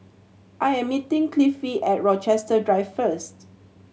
I am meeting Cliffie at Rochester Drive first